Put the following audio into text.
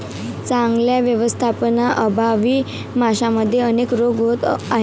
चांगल्या व्यवस्थापनाअभावी माशांमध्ये अनेक रोग होत आहेत